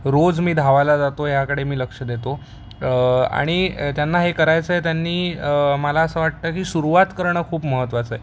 रोज मी धावायला जातो याकडे मी लक्ष देतो आणि त्यांना हे करायचं आहे त्यांनी मला असं वाटतं की सुरुवात करणं खूप महत्त्वाचं आहे